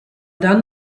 dann